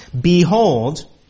Behold